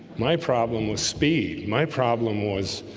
my problem was speed. my problem was